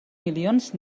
milions